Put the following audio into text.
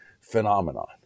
phenomenon